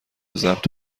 ضبط